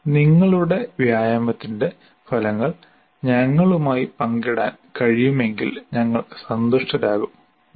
നിങ്ങളുടെ വ്യായാമത്തിന്റെ ഫലങ്ങൾ ഞങ്ങളുമായി പങ്കിടാൻ കഴിയുമെങ്കിൽ ഞങ്ങൾ സന്തുഷ്ടരാകും നന്ദി